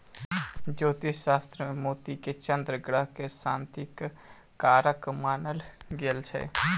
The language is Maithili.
ज्योतिष शास्त्र मे मोती के चन्द्र ग्रह के शांतिक कारक मानल गेल छै